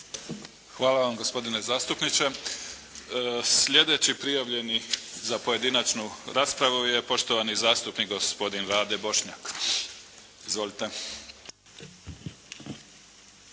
Hvala vam, gospodine zastupniče. Slijedeći prijavljeni za pojedinačnu raspravu je poštovani zastupnik gospodin Rade Bošnjak. Izvolite.